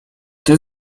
gdy